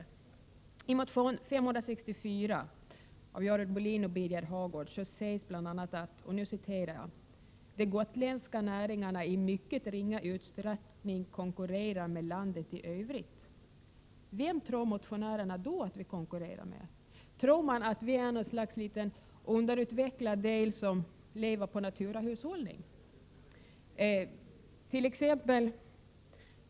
I motion 564 av Görel Bohlin och Birger Hagård sägs bl.a. att ”de gotländska näringarna i mycket ringa utsträckning konkurrerar med landet i övrigt”. Men vem tror då motionärerna att vi konkurrerar med? Tror man att Gotland är en underutvecklad del som lever av naturahushållning?